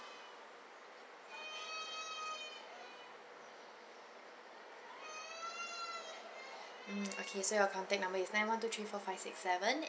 mm okay so your contact number is nine one two three four five six seven